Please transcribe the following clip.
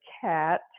cat